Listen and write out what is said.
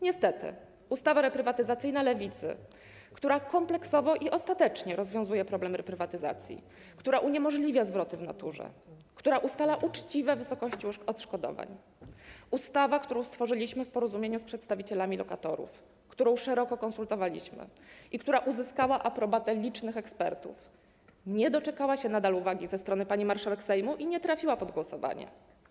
Niestety, ustawa reprywatyzacyjna Lewicy, która kompleksowo i ostatecznie rozwiązuje problem reprywatyzacji, która uniemożliwia zwroty w naturze, która ustala uczciwe wysokości odszkodowań, ustawa, którą stworzyliśmy w porozumieniu z przedstawicielami lokatorów, którą szeroko konsultowaliśmy i która uzyskała aprobatę licznych ekspertów, nadal nie doczekała się uwagi ze strony pani marszałek Sejmu i nie trafiła pod głosowanie.